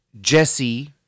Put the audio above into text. Jesse